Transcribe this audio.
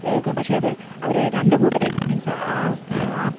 ഏക്കും പക്ഷേ അത് അവരെ രണ്ടു കൂട്ടരേം മീൻസ് ആ ആ